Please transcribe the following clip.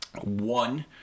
one